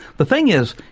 the thing is,